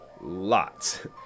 Lots